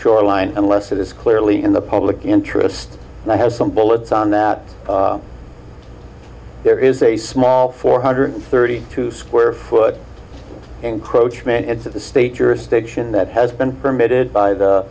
shoreline unless it is clearly in the public interest and i have some bullets on that there is a small four hundred thirty two square foot encroachment into the state jurisdiction that has been permitted by the